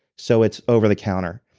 so it's over the counter.